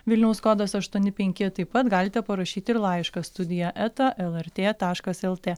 vilniaus kodas aštuoni penki taip pat galite parašyti ir laišką studija eta lrt taškas lt